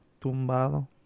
Tumbado